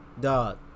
dog